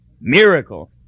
Miracle